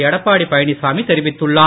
எடப்பாடி பழனிச்சாமி தெரிவித்துள்ளார்